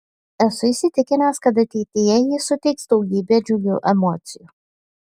esu įsitikinęs kad ateityje ji suteiks daugybę džiugių emocijų